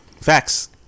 Facts